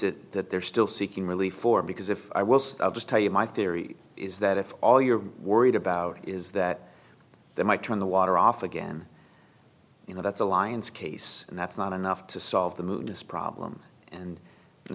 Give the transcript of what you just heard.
it that they're still seeking relief for because if i was just tell you my theory is that if all you're worried about is that they might turn the water off again you know that's a lion's case and that's not enough to solve the moon this problem and